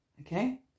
okay